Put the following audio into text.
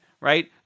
right